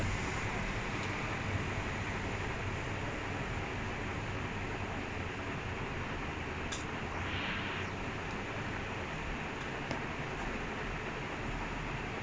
it's even lesser than that you know ஏன் நா வந்து:yaen naa vanthu their salary is dependent on the how much how much advertising they will get and how much err views they get on advertisement they get much they can sell dude